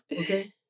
Okay